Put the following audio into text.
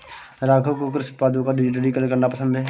राघव को कृषि उत्पादों का डिजिटलीकरण करना पसंद है